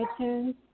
iTunes